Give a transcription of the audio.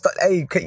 hey